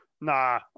Nah